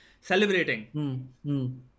celebrating